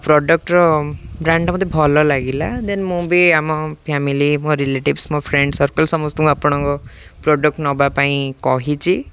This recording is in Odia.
ପ୍ରଡ଼କ୍ଟର ବ୍ରାଣ୍ଡଟା ମୋତେ ଭଲ ଲାଗିଲା ଦେନ୍ ମୁଁ ବି ଆମ ଫ୍ୟାମିଲି ମୋ ରିଲେଟିଭ୍ସ ମୋ ଫ୍ରେଣ୍ଡ ସର୍କଲ୍ ସମସ୍ତଙ୍କୁ ଆପଣଙ୍କ ପ୍ରଡ଼କ୍ଟ ନେବା ପାଇଁ କହିଛି